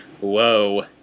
Whoa